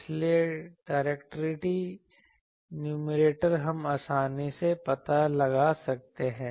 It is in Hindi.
इसलिए डायरेक्टिविटी न्यूमैरेटर हम आसानी से पता लगा सकते हैं